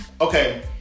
okay